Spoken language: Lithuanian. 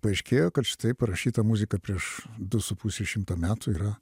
paaiškėjo kad štai parašyta muzika prieš du su puse šimto metų yra